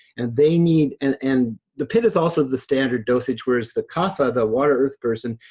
and they need, and and the pitta is also the standard dosage, whereas the kapha, the water earth person,